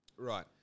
right